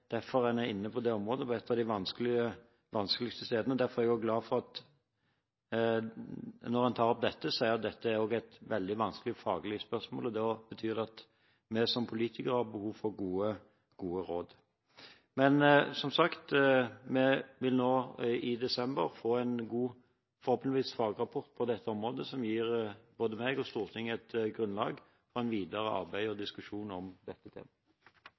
derfor en er inne på det området, et av de vanskeligste, og jeg er glad for at en tar opp dette. Dette også et veldig vanskelig faglig spørsmål, og da betyr det at vi som politikere har behov for gode råd. Men som sagt, vi vil nå i desember få en forhåpentligvis god fagrapport på dette området som gir både meg og Stortinget et grunnlag for videre arbeid og diskusjon om dette temaet.